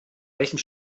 welchen